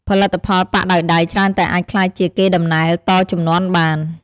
ផលិតផលប៉ាក់ដោយដៃច្រើនតែអាចក្លាយជាកេរដំណែលតជំនាន់បាន។